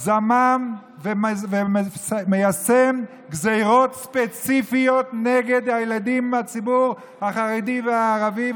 שזמם ומיישם גזרות ספציפיות נגד הילדים מהציבור החרדי והערבי,